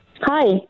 hi